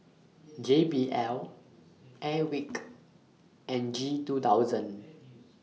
J B L Airwick and G two thousand